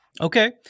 Okay